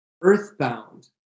earthbound